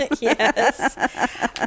yes